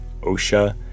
OSHA